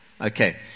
Okay